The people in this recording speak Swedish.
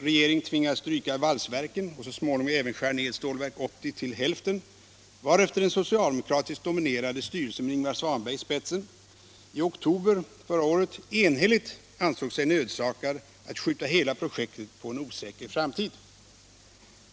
Regeringen tvingades stryka valsverken och så småningom även skära ned Stålverk 80 till hälften, varefter den socialdemokratiskt dominerade styrelsen med Ingvar Svanberg i spetsen i oktober förra året ansåg sig nödsakad att skjuta hela projektet på en osäker framtid.